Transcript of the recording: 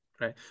Right